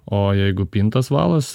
o jeigu pintas valas